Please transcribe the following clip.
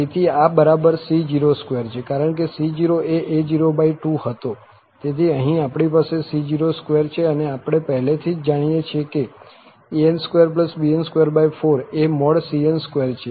તેથી આ બરાબર c02 છે કારણ કે c0 એ a02 હતો તેથી અહીં આપણી પાસે c02 છે અને આપણે પહેલેથી જ જાણીએ છીએ કે an2bn24 એ cn2 છે